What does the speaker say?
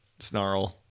snarl